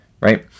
right